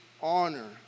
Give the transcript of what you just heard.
honor